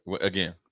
Again